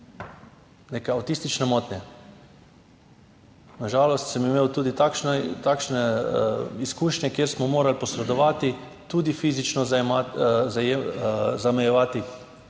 neke avtistične motnje? Na žalost sem imel tudi kakšne takšne izkušnje, kjer smo morali posredovati tudi fizično, zamejevati